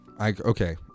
Okay